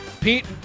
Pete